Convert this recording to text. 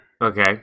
Okay